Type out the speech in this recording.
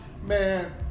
Man